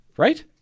right